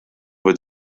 wird